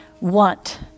want